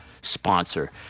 sponsor